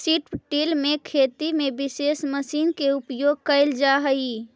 strip till में खेती में विशेष मशीन के उपयोग कैल जा हई